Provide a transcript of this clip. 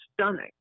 stunning